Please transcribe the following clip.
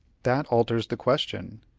that alters the question.